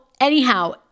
anyhow